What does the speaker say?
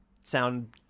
sound